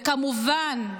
וכמובן,